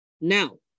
Now